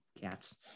cats